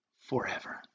forever